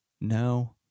No